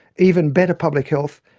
even better public health,